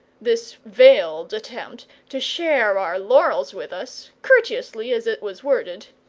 this veiled attempt to share our laurels with us, courteously as it was worded,